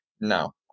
No